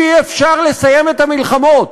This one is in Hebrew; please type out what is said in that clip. אי-אפשר לסיים את המלחמות.